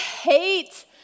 hate